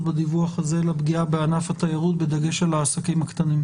בדיווח הזה לפגיעה בענף התיירות בדגש על העסקים הקטנים.